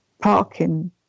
parking